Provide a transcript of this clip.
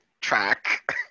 track